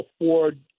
afford